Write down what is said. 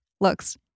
looks